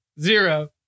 Zero